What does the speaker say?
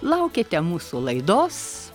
laukėte mūsų laidos